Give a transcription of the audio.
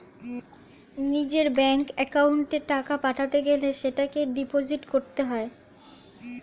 নিজের ব্যাঙ্ক অ্যাকাউন্টে টাকা পাঠাতে গেলে সেটাকে ডিপোজিট করতে হয়